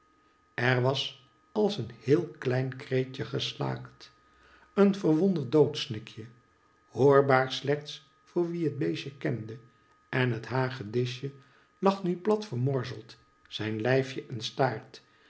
er was als een heel klein kreetje geslaakt een verwonderd doodsnikje hoorbaar slechts voor wie het beestje kende en het hagedisje lag nu plat vermorzeld zijn hjfje en staart